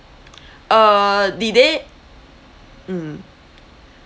uh did they mm